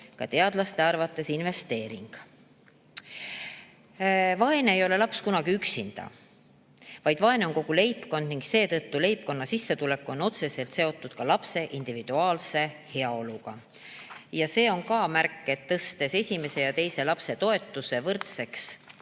ka teadlaste arvates investeering. Vaene ei ole laps kunagi üksinda, vaid vaene on kogu leibkond ning seetõttu on leibkonna sissetulek otseselt seotud lapse individuaalse heaoluga. See on ka märk, et tõstes esimese ja teise lapse toetuse võrdseks